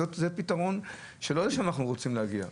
פיתרון שאני לא יודע שאנחנו רוצים להגיע אליו.